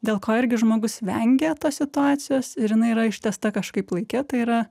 dėl ko irgi žmogus vengia tos situacijos ir jinai yra ištęsta kažkaip laike tai yra